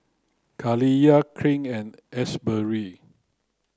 Kaliyah Clint and Asbury